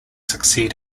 succeed